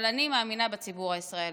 אבל אני מאמינה בציבור הישראלי.